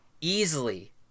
easily